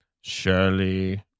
Shirley